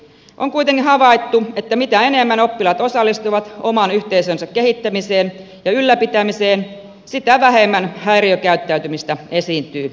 on kuitenkin havaittu että mitä enemmän oppilaat osallistuvat oman yhteisönsä kehittämiseen ja ylläpitämiseen sitä vähemmän häiriökäyttäytymistä esiintyy